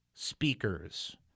speakers